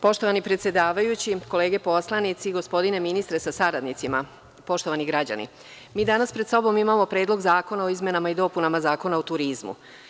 Poštovani predsedavajući, kolege poslanici, gospodine ministre sa saradnicima, poštovani građani, mi danas pred sobom imamo Predlog zakona o izmenama i dopunama Zakona o turizmu.